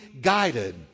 guided